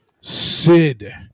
Sid